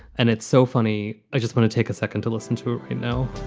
and it's so funny. i just want to take a second to listen to, you know,